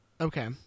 Okay